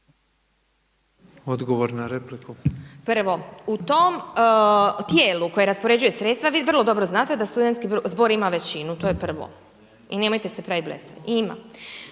Sabina (SDP)** U tom tijelu koje raspoređuje sredstva, vi vrlo dobro znate da studentski zbor ima većinu. To je prvo i nemojte se praviti blesavi i ima.